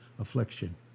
affliction